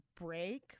break